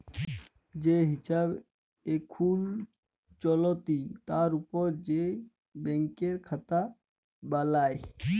যে হিছাব এখুল চলতি তার উপর যে ব্যাংকের খাতা বালাই